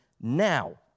now